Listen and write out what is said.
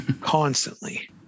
constantly